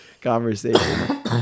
conversation